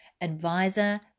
advisor